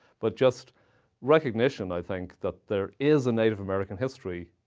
but just recognition, i think, that there is a native american history